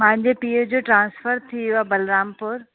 मुंहिंजे पीअ जो ट्रांसफ़र थी वियो आहे बलरामपुर